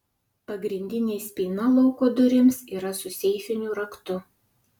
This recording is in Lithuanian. pagrindinė spyna lauko durims yra su seifiniu raktu